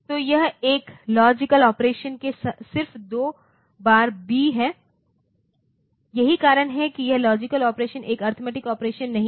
तो यह एक लॉजिकल ऑपरेशन में सिर्फ दो बार बी है यही कारण है कि यह लॉजिकल ऑपरेशनएक अरिथमेटिक ऑपरेशन नहीं है